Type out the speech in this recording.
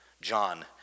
John